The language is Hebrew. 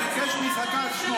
חבר הכנסת כץ.